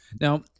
Now